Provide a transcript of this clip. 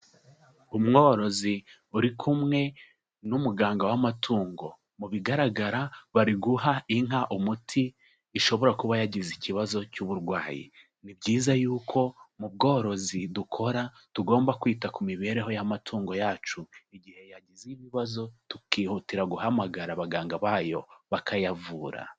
Umworozi uri kumwe n'umuganga w'amatungo. Mu bigaragara bari guha inka umuti ishobora kuba yagize ikibazo cy'uburwayi. Ni byiza yuko mu bworozi dukora, tugomba kwita ku mibereho y'amatungo yacu, igihe yagize ibibazo tukihutira guhamagara abaganga bayo bakayavura.